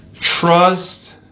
Trust